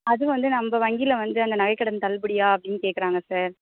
அதுவும் வந்து நம்ம வங்கியில் வந்து அந்த நகைக்கடன் தள்ளுபடியா அப்படின்னு கேக்கிறாங்க சார்